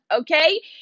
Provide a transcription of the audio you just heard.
okay